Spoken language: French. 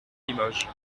limoges